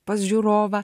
pas žiūrovą